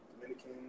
Dominican